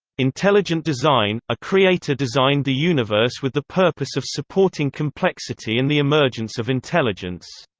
intelligent design a creator designed the universe with the purpose of supporting complexity and the emergence of intelligence.